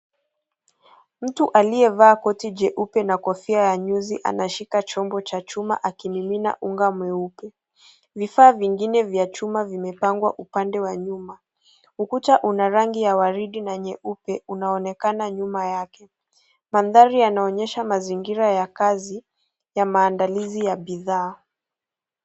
Mtu aliyevaa koti jeupe na kofia ya nyuzi anashika chombo cha chuma akimimina unga mweupe. Vifaa vingine vya chuma vimepangwa upande wa nyuma. Ukuta una rangi ya waridi na nyeupe unaonekana nyuma yake. Mandhari yanaonyesha mazingira ya kazi ya maandalizi ya bidhaa.